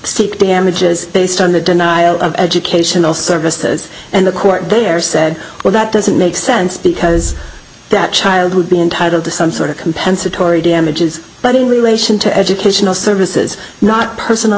seek damages based on the denial of educational services and the court there said well that doesn't make sense because that child would be entitled to some sort of compensatory damages but in relation to educational services not personal